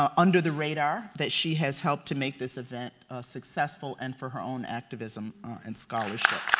um under the radar, that she has helped to make this event successful and for her own activism and scholarship.